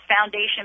foundation